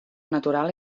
natural